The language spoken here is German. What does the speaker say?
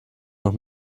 noch